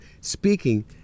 speaking